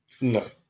No